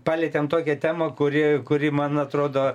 palietėm tokią temą kuri kuri man atrodo